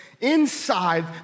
inside